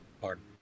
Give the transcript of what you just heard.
Pardon